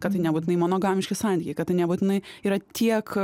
kad tai nebūtinai monogamiški santykiai kad tai nebūtinai yra tiek